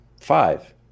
five